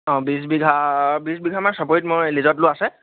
অঁ বিছ বিঘা বিছ বিঘা মান চাপৰিত মই লীজত লোৱা আছে